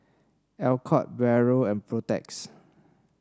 Alcott Barrel and Protex